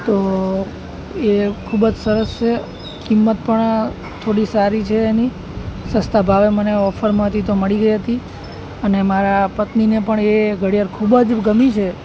તો એ ખૂબ જ સરસ છે કિંમત પણ થોડી સારી છે એની સસ્તા ભાવે મને ઑફરમાં હતી તો મળી ગઈ હતી અને મારા પત્નીને પણ એ ઘડિયાળ ખૂબ જ ગમી છે